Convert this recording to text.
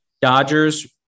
Dodgers